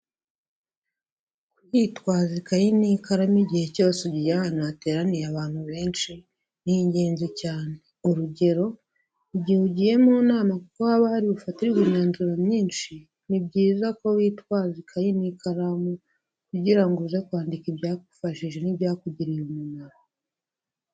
Kwitwaza ikayi n'ikaramu igihe cyose ugiye ahantu hateraniye abantu benshi ni ingenzi cyane, urugero igihe ugiye mu nama kuko haba hari bufatirwe imyanzuro myinshi ni byiza ko witwaza ikayi n'ikaramu, kugira ngo uze kwandika ibyagufashije n'ibyakugiriye umumaro.